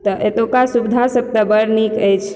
तऽ एतुका सुविधा सब तऽ बड्ड नीक अछि